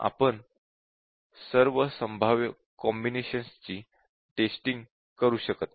आपण सर्व संभाव्य कॉम्बिनेशन्स ची टेस्टिंग करू शकत नाही